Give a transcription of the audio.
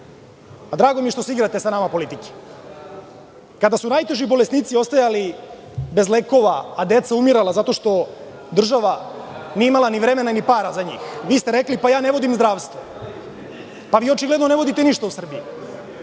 Drago mi je što se igrate sa nama politike. Kada su najteži bolesnici ostajali bez lekova, a deca umirala zato što država nije imala ni vremena, ni para za njih, vi ste rekli – pa, ja ne vodim zdravstvo. Pa, vi očigledno ne vodite ništa u Srbiji.